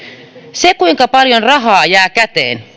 se kuinka paljon rahaa jää käteen